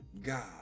God